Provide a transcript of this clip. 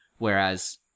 whereas